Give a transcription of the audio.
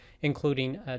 including